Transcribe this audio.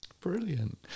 Brilliant